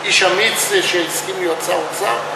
איש אמיץ שהסכים להיות שר אוצר,